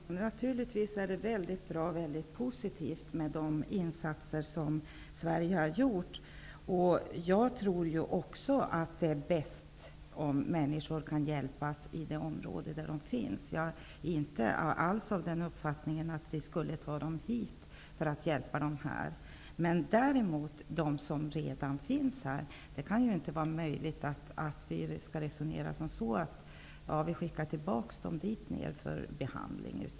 Herr talman! Naturligtvis är det bra och positivt med de insatser som Sverige redan har gjort. Jag tror också att det är bäst om människor kan hjälpas i de områden de redan befinner sig i. Jag har inte alls uppfattningen att vi skall ta dem hit för att hjälpa dem här. Men det är inte möjligt att vi skall resonera som så, att de som redan är här skall skickas tillbaka för behandling.